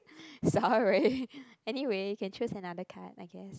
sorry anyway can choose another card I guess